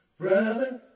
Brother